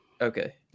Okay